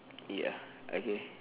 ya okay